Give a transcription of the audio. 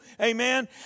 Amen